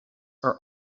are